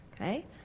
Okay